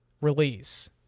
release